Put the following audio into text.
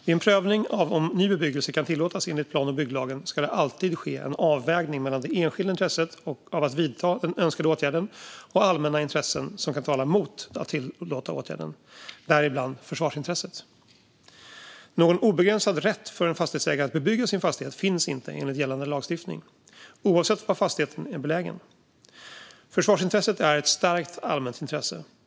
Vid en prövning av om ny bebyggelse kan tillåtas enligt plan och bygglagen ska det alltid ske en avvägning mellan det enskilda intresset av att vidta den önskade åtgärden och allmänna intressen som kan tala mot att tillåta åtgärden, däribland försvarsintresset. Någon obegränsad rätt för en fastighetsägare att bebygga sin fastighet finns inte enligt gällande lagstiftning, oavsett var fastigheten är belägen. Försvarsintresset är ett starkt allmänt intresse.